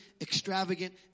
extravagant